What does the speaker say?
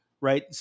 right